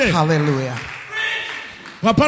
Hallelujah